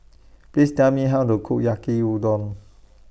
Please Tell Me How to Cook Yaki Udon